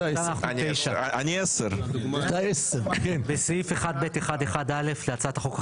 אתה 10. בסעיף 1(ב2)(1)(א) להצעת החוק,